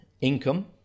income